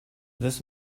this